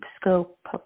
Scope